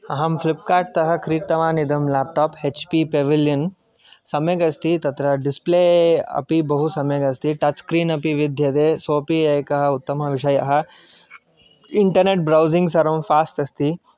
अहं फ़्लिप्कार्ट् तः क्रीतवान् इदं लेप्टाप् हेच् पी पेवेलियन् सम्यक् अस्ति तत्र डिस्प्ले अपि बहुसम्यक् अस्ति टच् स्क्रीन् अपि विद्यते सोपि एकः उत्तमः विषयः इण्टर्नेट् ब्रौज़िङ्ग् सर्वं फ़ास्ट् अस्ति